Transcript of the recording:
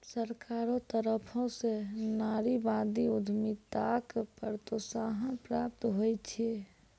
सरकारो तरफो स नारीवादी उद्यमिताक प्रोत्साहन प्राप्त होय छै